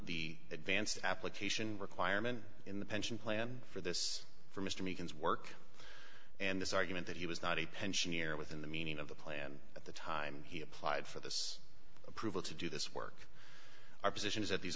the advanced application requirement in the pension plan for this for mr meekins work and this argument that he was not a pensioner within the meaning of the plan at the time he applied for this approval to do this work our position is that these